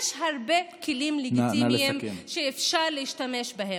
יש הרבה כלים לגיטימיים שאפשר להשתמש בהם.